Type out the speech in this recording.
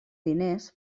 diners